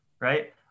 Right